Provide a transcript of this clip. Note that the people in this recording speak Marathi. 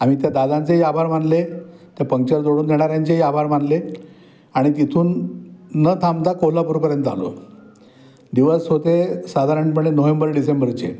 आम्ही त्या दादांचेही आभार मानले त्या पंक्चर जोडून देणाऱ्यांचेही आभार मानले आणि तिथून न थांबता कोल्हापूरपर्यंत आलो दिवस होते साधारणपणे नोव्हेंबर डिसेंबरचे